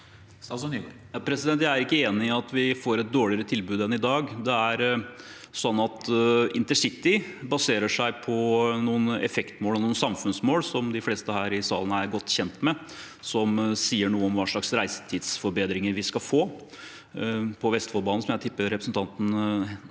Jeg er ikke enig i at vi får et dårligere tilbud enn i dag. Intercity baserer seg på noen effektmål og samfunnsmål, som de fleste her i salen er godt kjent med, som sier noe om hva slags reisetidsforbedringer vi skal få på Vestfoldbanen, som jeg vil tippe representanten